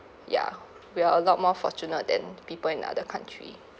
ya we are a lot more fortunate than people in other country